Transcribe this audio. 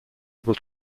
able